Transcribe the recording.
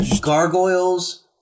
Gargoyles